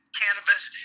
cannabis